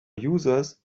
users